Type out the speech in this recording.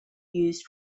used